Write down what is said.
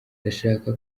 ndashaka